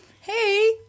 Hey